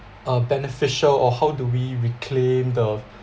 uh beneficial or how do we reclaim the